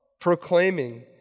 proclaiming